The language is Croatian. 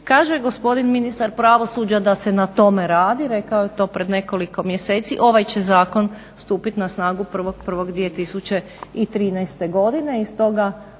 Kaže gospodin ministar pravosuđa da se na tome radi, rekao je to pred nekoliko mjeseci. Ovaj će zakon stupit na snagu 1.1.2013. godine